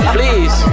Please